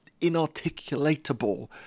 inarticulatable